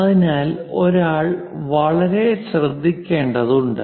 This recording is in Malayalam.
അതിനാൽ ഒരാൾ വളരെ ശ്രദ്ധിക്കേണ്ടതുണ്ട്